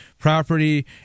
property